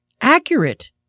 accurate